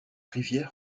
rivière